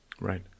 Right